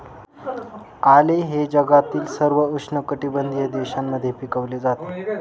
आले हे जगातील सर्व उष्णकटिबंधीय देशांमध्ये पिकवले जाते